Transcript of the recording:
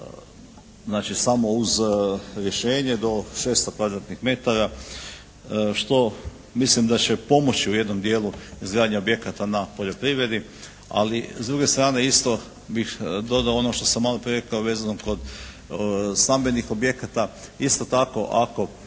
znači samo uz rješenje do 600 kvadratnih metara, što mislim da će pomoći u jednom dijelu izgradnje objekata na poljoprivredi. Ali, s druge strane isto bih dodao ono što sam maloprije rekao, vezano kod stambenih objekata. Isto tako ne